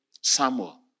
Samuel